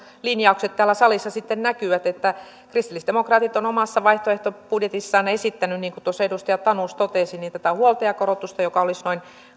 linjaukset täällä salissa sitten näkyvät kristillisdemokraatit on omassa vaihtoehtobudjetissaan esittänyt niin kuin edustaja tanus totesi tätä huoltajakorotusta joka olisi noin